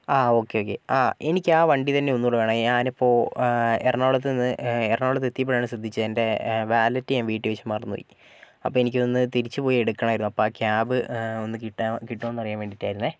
ആ okay okay ആ എനിക്ക് ആ വണ്ടിതന്നെ ഒന്നുകൂടെ വേണം ഞാനിപ്പോൾ എറണാകുളത്ത് നിന്ന് എറണാകുളത്ത് എത്തിയപ്പോഴാണ് ശ്രദ്ധിച്ചത് എന്റെ വാലറ്റ് ഞാൻ വീട്ടിൽ വച്ച് മറന്നു പോയി അപ്പോൾ എനിക്കതൊന്ന് തിരിച്ചു പോയി എടുക്കണമായിരുന്നു അപ്പോൾ ആ ക്യാബ് ഒന്ന് കിട്ടാവോ കിട്ടുവോന്ന് അറിയാൻ വേണ്ടിയിട്ടായിരുന്നു